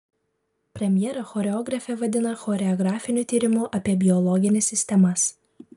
premjerą choreografė vadina choreografiniu tyrimu apie biologines sistemas